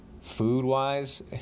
Food-wise